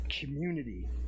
community